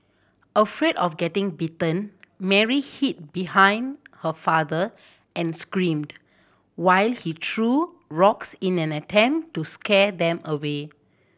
afraid of getting bitten Mary hid behind her father and screamed while he threw rocks in an attempt to scare them away